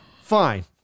fine